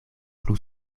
plu